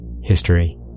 history